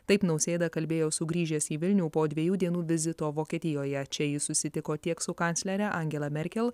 taip nausėda kalbėjo sugrįžęs į vilnių po dviejų dienų vizito vokietijoje čia jis susitiko tiek su kanclere angela merkel